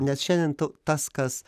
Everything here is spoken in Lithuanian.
nes šiandien tu tas kas